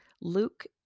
Luke